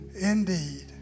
indeed